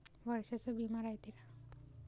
वर्षाचा बिमा रायते का?